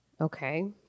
okay